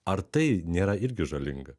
ar tai nėra irgi žalinga